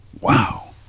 wow